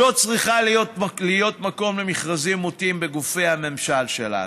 לא צריך להיות מקום למכרזים מוטים בגופי הממשל שלנו.